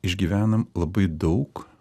išgyvenam labai daug